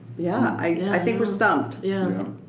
yeah, i think we're stumped. yeah